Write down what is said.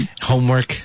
homework